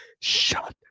shut